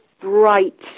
bright